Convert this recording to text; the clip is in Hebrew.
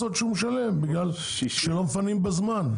הקנסות שהוא משלם בגלל שלא מפנים בזמן.